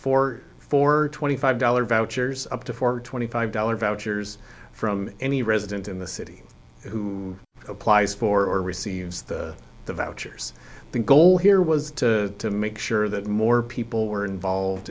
four for twenty five dollars vouchers up to four twenty five dollars vouchers from any resident in the city who applies for receives the the vouchers the goal here was to make sure that more people were involved